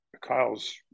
Kyle's